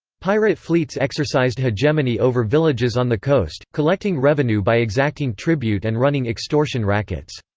pirate fleets exercised hegemony over villages on the coast, collecting revenue by exacting tribute and running extortion rackets.